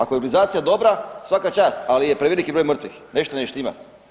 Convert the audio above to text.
Ako je organizacija dobra, svaka čast, ali je preveliki broj mrtvih, nešto ne štima.